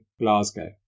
Glasgow